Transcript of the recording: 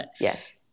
Yes